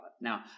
Now